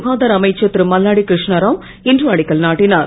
சுகாதார அமைச்சர் திருமல்லாடிகிருஷ்ணாராவ் இன்று அடிக்கல் நாட்டினுர்